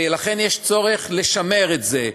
ולכן יש צורך לשמר את זה.